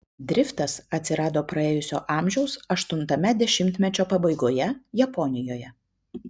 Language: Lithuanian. driftas atsirado praėjusio amžiaus aštuntame dešimtmečio pabaigoje japonijoje